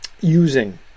using